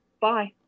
bye